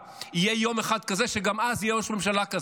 יהיה יום אחד כזה שגם אז יהיה ראש ממשלה כזה.